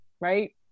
right